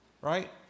right